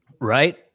Right